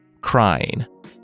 crying